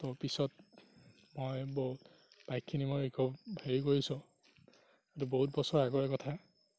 ত' পিছত মই বাইকখিনি মই হেৰি কৰিছোঁ সেইটো বহুত বছৰৰ আগৰে কথা